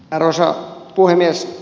arvoisa puhemies